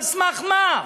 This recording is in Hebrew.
על סמך מה?